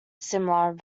similar